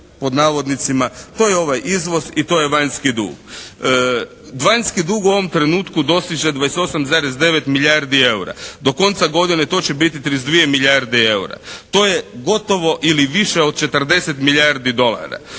to je ovaj izvoz i to je vanjski dug. Vanjski dug u ovom trenutku dostiže 28,9 milijardi EUR-a. Do konca godine to će biti 32 milijarde EUR-a. To je gotovo ili više od 40 milijardi dolara.